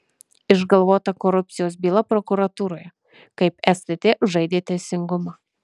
išgalvota korupcijos byla prokuratūroje kaip stt žaidė teisingumą